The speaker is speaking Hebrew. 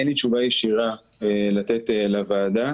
אין לי תשובה ישירה לתת לוועדה,